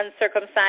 uncircumcised